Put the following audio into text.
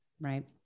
Right